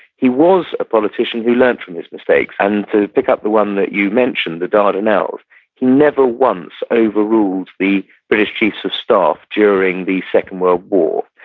he was a politician who learned from his mistakes, and to pick up the one that you mentioned, the dardanelles, he never once overruled the british chiefs of staff during the second world war.